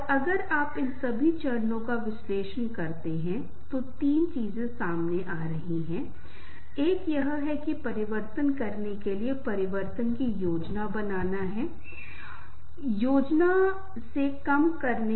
इसलिए हम उन लोग के पास जाते हैं और इन स्थितियों में अगर कोई वहां आ रहा है और सांत्वना दे रहा है और कह रहा है चिंता मत करो मैं वहां हूं तो हम बहुत राहत महसूस करते हैं